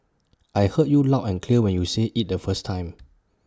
I heard you loud and clear when you said IT the first time